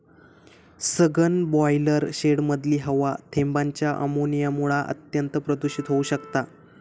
सघन ब्रॉयलर शेडमधली हवा थेंबांच्या अमोनियामुळा अत्यंत प्रदुषित होउ शकता